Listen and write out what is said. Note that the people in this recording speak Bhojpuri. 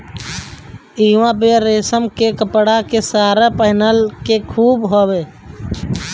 इहवां पे रेशम के कपड़ा के सारी पहिनला के खूबे हवे